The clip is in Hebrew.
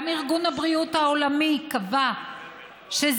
גם ארגון הבריאות העולמי קבע שזיהום